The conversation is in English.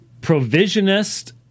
provisionist